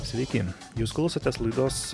sveiki jūs klausotės laidos